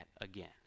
again